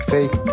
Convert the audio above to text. Fake